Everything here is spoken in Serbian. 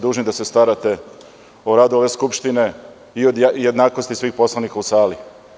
Dužni ste da se starate o radu Skupštine i o jednakosti svih poslanika u sali.